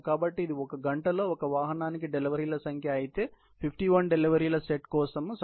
కాబట్టి ఇది ఒక గంటలో ఒక వాహనానికి డెలివరీల సంఖ్య అయితే 51 డెలివరీల సెట్ కోసం సాధారణంగా 518